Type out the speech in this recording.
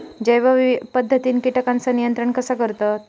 जैव पध्दतीत किटकांचा नियंत्रण कसा करतत?